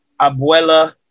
Abuela